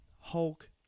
Hulk